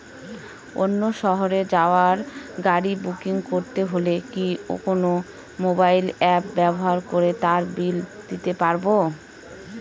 অন্য শহরে যাওয়ার গাড়ী বুকিং করতে হলে কি কোনো মোবাইল অ্যাপ ব্যবহার করে তার বিল দিতে পারব?